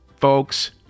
Folks